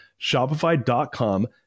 Shopify.com